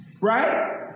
right